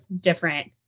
different